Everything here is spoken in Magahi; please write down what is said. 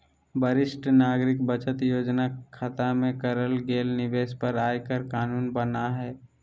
वरिष्ठ नागरिक बचत योजना खता में करल गेल निवेश पर आयकर कानून बना हइ